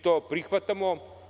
To prihvatamo.